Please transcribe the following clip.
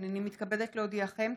הינני מתכבדת להודיעכם,